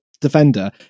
defender